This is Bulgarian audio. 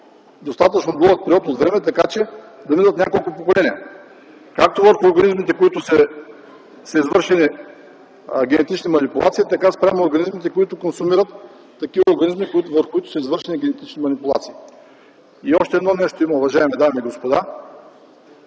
достатъчно дълъг период от време, така че да минат няколко поколения както в организмите, където са извършени генетични манипулации, така и спрямо организмите, които консумират такива организми, в които са извършени генетични манипулации. Още нещо има, уважаеми дами и господа.